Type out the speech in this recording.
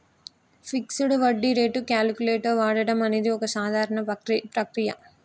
fixed వడ్డీ rate calculator వాడడం అనేది ఒక సాధారణ ప్రక్రియ